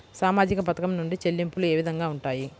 సామాజిక పథకం నుండి చెల్లింపులు ఏ విధంగా ఉంటాయి?